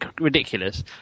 ridiculous